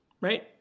Right